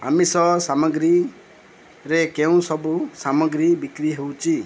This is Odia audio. ଆମିଷ ସାମଗ୍ରୀରେ କେଉଁସବୁ ସାମଗ୍ରୀ ବିକ୍ରି ହେଉଛି